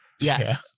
Yes